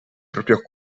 proprio